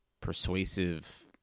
persuasive